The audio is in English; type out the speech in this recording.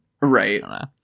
Right